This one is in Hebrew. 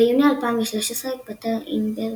ביוני 2013 התפטר אינגבר